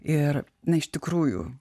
ir na iš tikrųjų